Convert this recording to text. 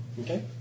Okay